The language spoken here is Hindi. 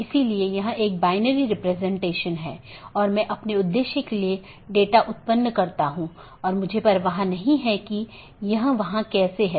इसलिए सूचनाओं को ऑटॉनमस सिस्टमों के बीच आगे बढ़ाने का कोई रास्ता होना चाहिए और इसके लिए हम BGP को देखने की कोशिश करते हैं